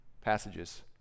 passages